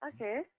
Okay